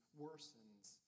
worsens